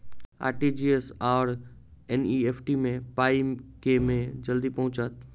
RTGS आओर NEFT मे पाई केँ मे जल्दी पहुँचत?